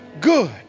good